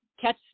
Catch